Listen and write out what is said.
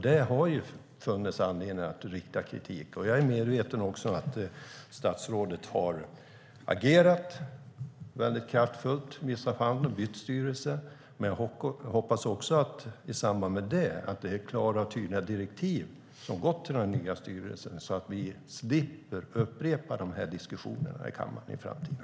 Där har det funnits anledning att rikta kritik. Jag är medveten om att statsrådet har agerat mycket kraftfullt i vissa fall och bytt styrelse. Jag hoppas också att det i samband med det har gått klara och tydliga direktiv till den nya styrelsen så att vi slipper att upprepa de här diskussionerna i kammaren i framtiden.